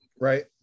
Right